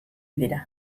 dira